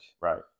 Right